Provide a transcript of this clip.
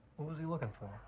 what was he looking for?